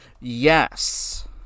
Yes